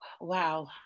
Wow